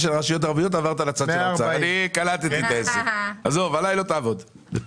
המטה לביטחון לאומי.